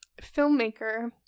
Filmmaker